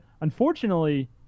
Unfortunately